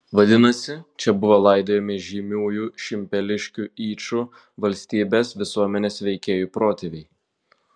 vadinasi čia buvo laidojami žymiųjų šimpeliškių yčų valstybės visuomenės veikėjų protėviai